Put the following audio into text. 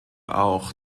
auch